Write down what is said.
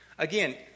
Again